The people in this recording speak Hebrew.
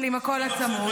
אבל עם הקול הצרוד.